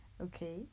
okay